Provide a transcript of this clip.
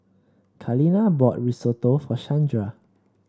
Kaleena bought Risotto for Shandra